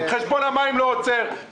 חשבון המים לא עוצר,